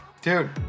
dude